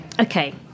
okay